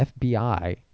FBI